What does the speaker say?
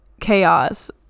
chaos